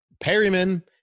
Perryman